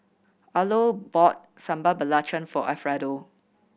Arlo bought Sambal Belacan for Alfredo